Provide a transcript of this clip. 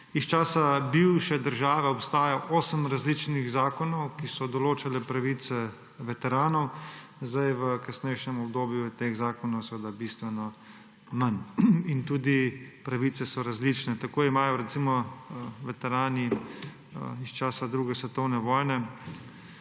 Iz časa bivše država obstaja osem različnih zakonov, ki so določali pravice veteranov, zdaj v kasnejšem obdobju je teh zakonov seveda bistveno manj. In tudi pravice so različne. Tako imajo recimo veterani iz časa 2. svetovne vojne